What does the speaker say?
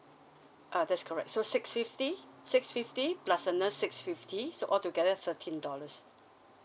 uh that's correct so six fifty six fifty plus another six fifty so all together thirteen dollars